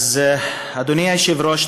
אדוני היושב-ראש,